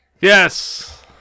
Yes